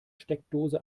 steckdose